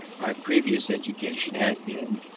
my previous education had been,